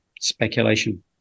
speculation